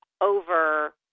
over